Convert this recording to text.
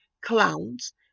clowns